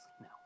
No